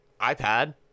iPad